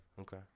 Okay